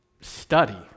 study